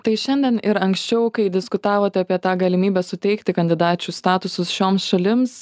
tai šiandien ir anksčiau kai diskutavot apie tą galimybę suteikti kandidačių statusus šioms šalims